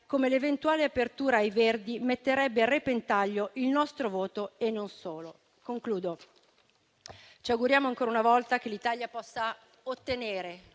come l'eventuale apertura ai Verdi metterebbe a repentaglio il nostro voto e non solo. In conclusione, ci auguriamo ancora una volta che l'Italia possa ottenere